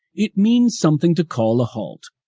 it means something to call a halt,